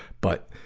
but,